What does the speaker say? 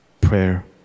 prayer